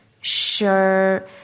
sure